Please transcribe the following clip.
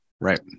Right